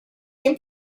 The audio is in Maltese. kien